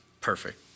perfect